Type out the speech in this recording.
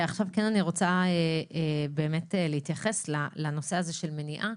עכשיו אני כן רוצה באמת להתייחס לנושא הזה של מניעה,